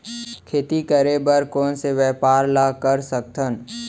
खेती करे बर कोन से व्यापार ला कर सकथन?